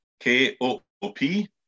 k-o-o-p